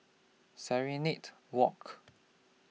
Serenade Walk